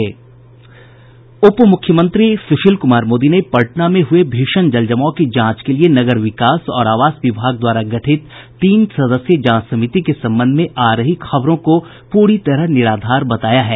उपमुख्यमंत्री सुशील कुमार मोदी ने पटना में हुए भीषण जलजमाव की जांच के लिए नगर विकास और आवास विभाग द्वारा गठित तीन सदस्यीय जांच समिति के संबंध में आ रही खबरों को पूरी तरह निराधार बताया है